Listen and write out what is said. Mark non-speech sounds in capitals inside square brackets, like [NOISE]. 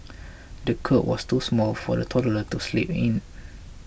[NOISE] the cot was too small for the toddler to sleep in